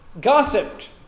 gossiped